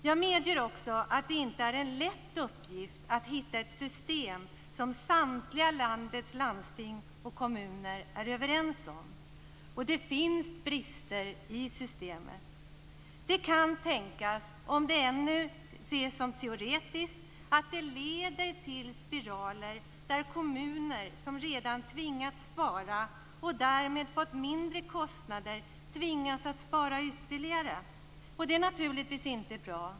Jag medger också att det inte är en lätt uppgift att hitta ett system som samtliga landets landsting och kommuner är överens om. Det finns brister i systemet. Det kan tänkas, även om det ses som teoretiskt, att det leder till spiraler där kommuner som redan tvingats spara och därmed fått mindre kostnader tvingas att spara ytterligare. Det är naturligtvis inte bra.